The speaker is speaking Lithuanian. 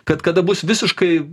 kad kada bus visiškai